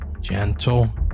gentle